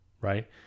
right